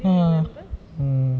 ah !huh! uh